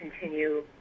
continue